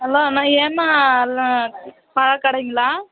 hello அண்ணா ஹேமா பழ கடைங்களா